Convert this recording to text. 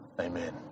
Amen